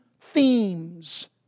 themes